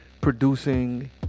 producing